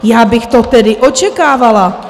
Já bych to tedy očekávala.